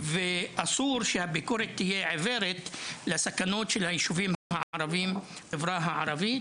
ואסור שהביקורת תהיה עיוורת לסכנות של היישובים הערביים בחברה הערבית.